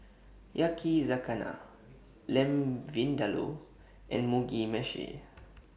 Yakizakana Lamb Vindaloo and Mugi Meshi